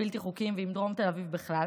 הבלתי-חוקיים ועם דרום תל אביב בכלל.